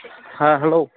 ᱦᱮᱸ ᱦᱮᱞᱳ